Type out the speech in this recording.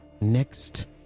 next